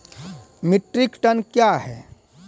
Metric ton कया हैं?